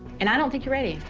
and i don't think you're ready.